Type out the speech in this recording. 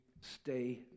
stay